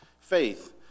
faith